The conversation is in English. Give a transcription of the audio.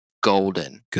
golden